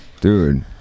Dude